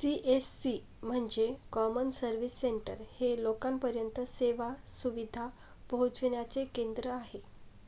CSC म्हणजे common service centre हे लोकांपर्यंत सेवा सुविधा पोहचविण्याचे केंद्र आहे